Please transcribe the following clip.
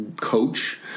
coach